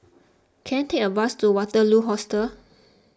can I take a bus to Waterloo Hostel